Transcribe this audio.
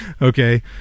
okay